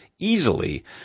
easily